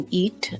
eat